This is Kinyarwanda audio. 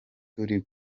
turi